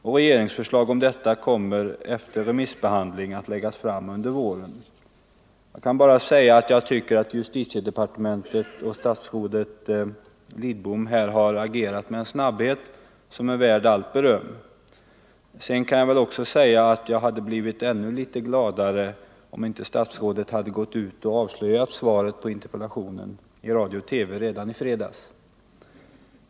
Och regeringsförslag om detta kommer -— efter remissbehandling — att läggas fram under våren. Jag kan bara säga att jag tycker att justitiedepartementet och statsrådet Lidbom här har agerat med en snabbhet som är värd allt beröm. Sedan kan jag väl också säga att jag hade blivit ännu litet gladare, om inte statsrådet hade gått ut och avslöjat svaret på interpellationen i radio och TV redan i fredags.